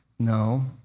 No